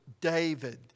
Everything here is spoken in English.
David